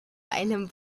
einem